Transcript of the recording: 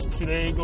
today